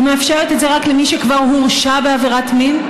היא מאפשרת את זה רק למי שכבר הורשע בעבירת מין?